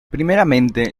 primeramente